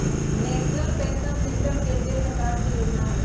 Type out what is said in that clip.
national pension system केंद्रीय सरकार के जोजना हइ